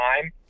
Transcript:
time